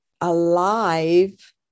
alive